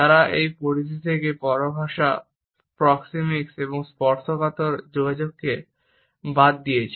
তারা এই পরিধি থেকে পরভাষা প্রক্সিমিক্স এবং স্পর্শকাতর যোগাযোগকে বাদ দিয়েছে